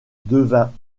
devint